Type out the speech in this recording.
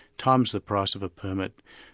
times the price of a permit,